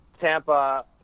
tampa